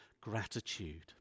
gratitude